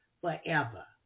forever